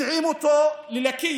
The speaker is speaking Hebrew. מסיעים אותו ללקיה,